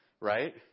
Right